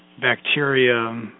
bacteria